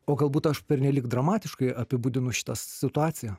o galbūt aš pernelyg dramatiškai apibūdinu šitą situaciją